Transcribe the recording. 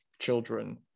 children